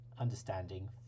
understanding